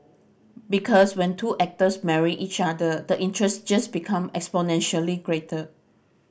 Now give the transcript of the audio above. because when two actors marry each other the interest just become exponentially greater